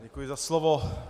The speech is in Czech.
Děkuji za slovo.